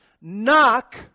Knock